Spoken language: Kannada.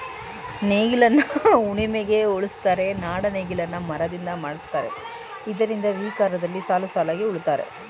ನೇಗಿಲನ್ನ ಉಳಿಮೆಗೆ ಬಳುಸ್ತರೆ, ನಾಡ ನೇಗಿಲನ್ನ ಮರದಿಂದ ಮಾಡಿರ್ತರೆ ಇದರಿಂದ ವಿ ಆಕಾರದಲ್ಲಿ ಸಾಲುಸಾಲಾಗಿ ಉಳುತ್ತರೆ